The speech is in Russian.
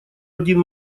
один